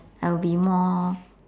I will be more